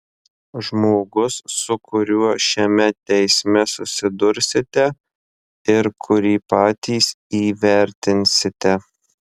žmogus su kuriuo šiame teisme susidursite ir kurį patys įvertinsite